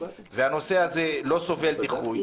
והנושא הזה לא סובל דיחוי,